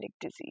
disease